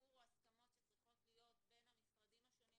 הסיפור הוא הסכמות שצריכות להיות בין המשרדים השונים,